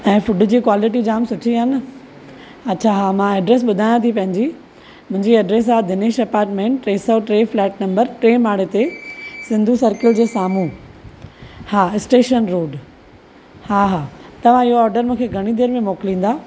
ऐं फूड जी क्वालिटी जाम सुठी आहे न अच्छा हा मां एड्रेस बु॒धायां थी पंहिंजी मुंहिंजी एड्रेस आहे दिनेश अपार्ट्मेंट ट्रे सौ ट्रे फ्लैट नम्बर टे माड़े ते सिंधू सर्किल जे साम्हूं हा स्टेशन रोड हा हा तव्हां इहो ऑर्डर मूंखे घणी देरि में मोकिलींदा